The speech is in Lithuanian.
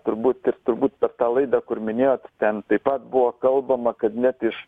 turbūt ir turbūt per tą laidą kur minėjot ten taip pat buvo kalbama kad net iš